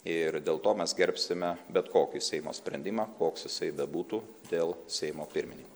ir dėl to mes gerbsime bet kokį seimo sprendimą koks jisai bebūtų dėl seimo pirminin